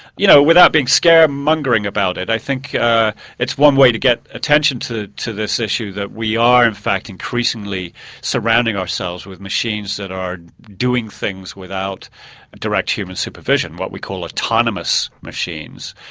you know without being scaremongering about it i think it's one way to get attention to to this issue that we are in fact increasingly surrounding ourselves with machines that are doing things without direct human supervision, what we call autonomous machines,